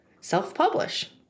self-publish